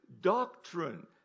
doctrine